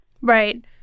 Right